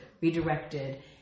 redirected